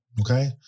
okay